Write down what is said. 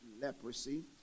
leprosy